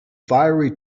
fiery